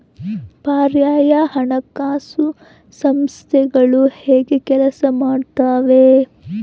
ಪರ್ಯಾಯ ಹಣಕಾಸು ಸಂಸ್ಥೆಗಳು ಹೇಗೆ ಕೆಲಸ ಮಾಡುತ್ತವೆ?